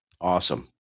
Awesome